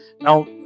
Now